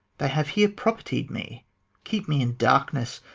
they have here propertied me keep me in darkness,